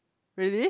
really